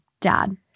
Dad